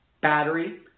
battery